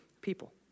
people